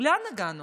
לאן הגענו?